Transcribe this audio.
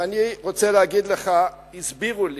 ואני רוצה להגיד לך: הסבירו לי,